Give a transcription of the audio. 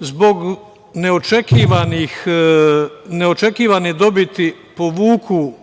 zbog neočekivane dobiti povuku